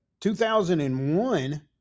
2001